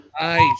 Nice